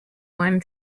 one